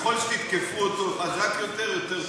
ככל שתתקפו אותו חזק יותר, יותר טוב.